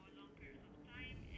a actress